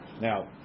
Now